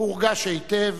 הורגש היטב